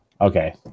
Okay